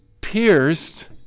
pierced